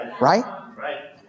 Right